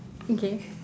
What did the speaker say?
okay